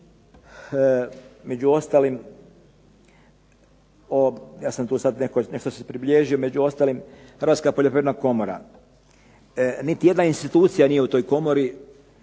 među ostalim o, ja sam tu sad nešto pribilježio, među ostalim Hrvatska poljoprivredna komora niti jedna institucija nije u toj komori,